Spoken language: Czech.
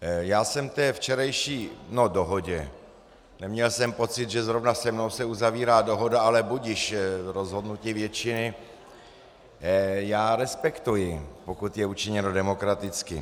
Já jsem té včerejší no, dohodě neměl jsem pocit, že zrovna se mnou se uzavírá dohoda, ale budiž, rozhodnutí většiny já respektuji, pokud je učiněno demokraticky.